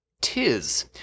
Tis